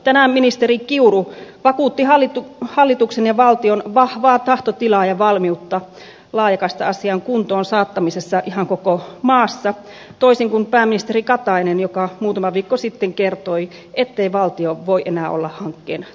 tänään ministeri kiuru vakuutti hallituksen ja valtion vahvaa tahtotilaa ja valmiutta laajakaista asian kuntoon saattamisessa ihan koko maassa toisin kuin pääministeri katainen joka muutama viikko sitten kertoi ettei valtio voi enää olla hankkeen takuumiehenä